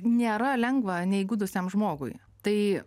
nėra lengva neįgudusiam žmogui tai